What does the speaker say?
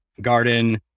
garden